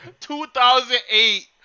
2008